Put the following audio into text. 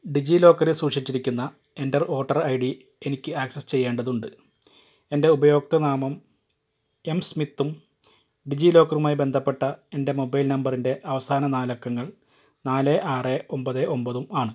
ഡിജി ലോക്കറിൽ സൂക്ഷിച്ചിരിക്കുന്ന എൻ്റെ വോട്ടർ ഐ ഡി എനിക്ക് ആക്സസ് ചെയ്യേണ്ടതുണ്ട് എൻ്റെ ഉപയോക്തൃ നാമം എം സ്മിത്തും ഡിജി ലോക്കറുമായി ബന്ധപ്പെട്ട എൻ്റെ മൊബൈൽ നമ്പറിൻ്റെ അവസാന നാലക്കങ്ങൾ നാല് ആറ് ഒമ്പത് ഒമ്പതും ആണ്